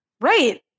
Right